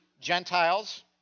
Gentiles